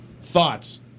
Thoughts